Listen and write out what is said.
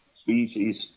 species